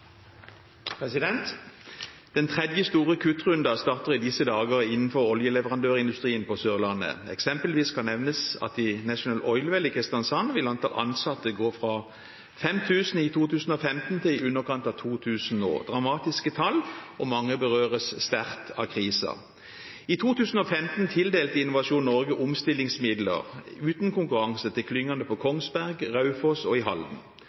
Den tredje store kuttrunden starter i disse dager innenfor oljeleverandørindustrien på Sørlandet. Eksempelvis kan nevnes at i National Oilwell i Kristiansand vil antall ansatte gå fra 5 000 i 2015 til i underkant av 2 000 nå. Dette er dramatiske tall, og mange berøres sterkt av krisen. I 2015 tildelte Innovasjon Norge omstillingsmidler uten konkurranse til klyngene på Kongsberg, Raufoss og i Halden.